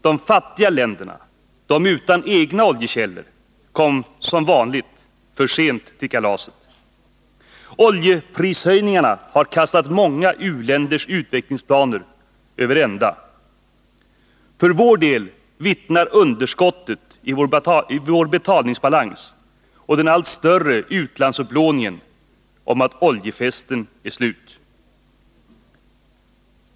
De fattiga länderna, de som är utan egna oljekällor, kom som vanligt för sent till kalaset. Oljeprishöjningarna har kastat många u-länders utvecklingsplaner över ända. För vår del vittnar underskottet i vår betalningsbalans och den allt större utlandsupplåningen om att oljefesten är slut.